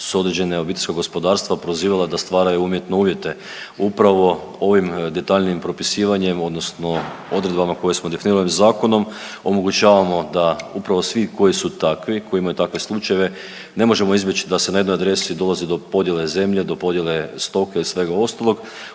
s određene obiteljskog gospodarstva prozivalo da stvaraju umjetne uvjete. Upravo ovim detaljnijim propisivanjem odnosno odredbama koje smo definirali zakonom omogućavamo da upravo svi koji su takvi, koji imaju takve slučajeve, ne možemo izbjeći da se na jednoj adresi dolazi do podjele zemlje, do podjele stoke i svega ostalog,